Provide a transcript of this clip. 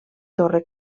torre